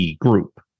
group